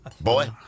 boy